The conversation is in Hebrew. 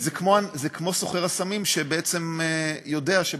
זה כמו סוחר הסמים שבעצם יודע שבסוף,